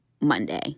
Monday